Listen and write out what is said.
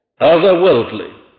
otherworldly